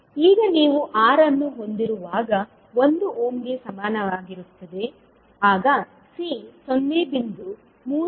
30 ಈಗ ನೀವು R ಅನ್ನು ಹೊಂದಿರುವಾಗ 1 ಓಮ್ಗೆ ಸಮನಾಗಿರುತ್ತದೆ ಆಗ C 0